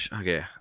okay